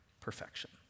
perfection